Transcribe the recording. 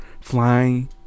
flying